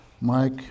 Mike